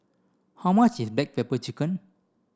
how much is back pepper chicken